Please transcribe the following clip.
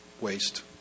waste